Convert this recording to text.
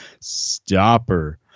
stopper